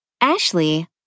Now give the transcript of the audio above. Ashley